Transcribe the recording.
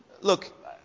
look